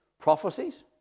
Prophecies